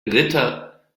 ritter